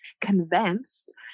convinced